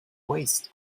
waste